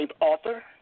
author